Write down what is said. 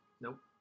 Nope